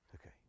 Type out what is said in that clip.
Okay